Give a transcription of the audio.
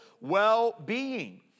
well-being